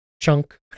chunk